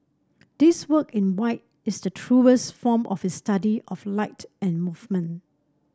this work in white is the truest form of his study of light and movement